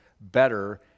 better